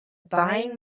buying